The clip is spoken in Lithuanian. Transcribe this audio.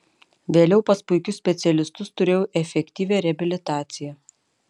vėliau pas puikius specialistus turėjau efektyvią reabilitaciją